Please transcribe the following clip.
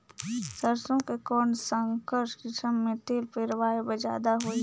सरसो के कौन संकर किसम मे तेल पेरावाय म जादा होही?